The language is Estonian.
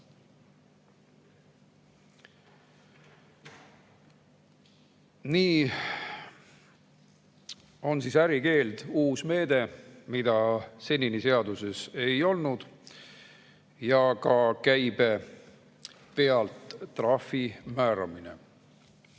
Nii on siis ärikeeld uus meede, mida senini seaduses ei ole, ja ka käibe pealt trahvi määramine.